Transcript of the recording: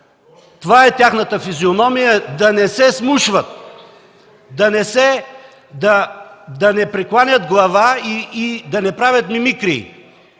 Това е тяхната физиономия – да не се вслушват, да не прекланят глава и да не правят мимикрии.